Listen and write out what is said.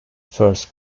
first